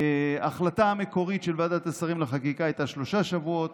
ההחלטה המקורית של ועדת השרים לחקיקה הייתה שלושה שבועות.